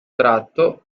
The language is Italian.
tratto